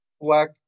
black